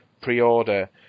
pre-order